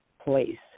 place